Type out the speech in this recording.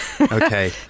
Okay